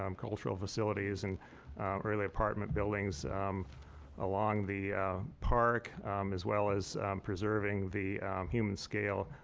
um cultural facilities and early apartment buildings along the park as well as preserving the human scale,